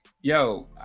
yo